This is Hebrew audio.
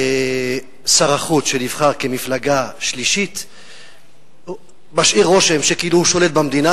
ושר החוץ שנבחר כמפלגה שלישית משאיר רושם כאילו הוא שולט במדינה.